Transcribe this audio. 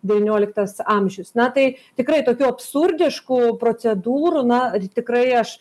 devynioliktas amžius na tai tikrai tokių absurdiškų procedūrų na tikrai aš